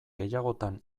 gehiagotan